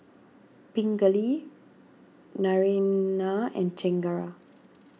Pingali Naraina and Chengara